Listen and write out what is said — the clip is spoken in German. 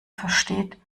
versteht